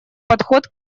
подход